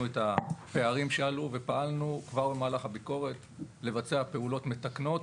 את הפערים שאלו ופעלנו כבר במהלך הביקורת לבצע פעולות מתקנות,